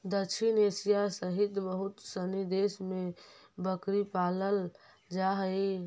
दक्षिण एशिया सहित बहुत सनी देश में बकरी पालल जा हइ